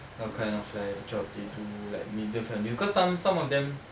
what kind of like job they do like middle family because some some of them